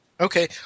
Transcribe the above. Okay